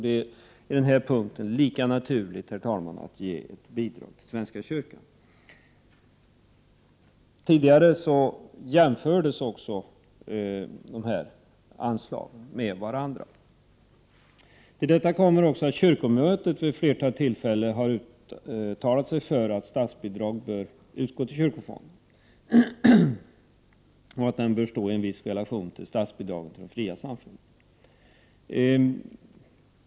Det är på den här punkten lika naturligt, herr talman, att ge ett bidrag till svenska kyrkan. Tidigare jämfördes dessa anslag med varandra. Till detta kommer också att kyrkomötet vid flera tillfällen har uttalat sig för att statsbidrag bör utgå till kyrkofonden och att det bidraget bör stå i viss relation till statsbidragen till de fria samfunden.